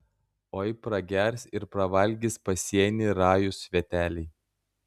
oi pragers ir pravalgys pasienį rajūs sveteliai